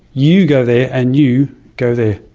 you go there, and you go there.